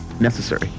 necessary